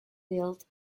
dealt